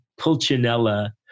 Pulcinella